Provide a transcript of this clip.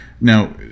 now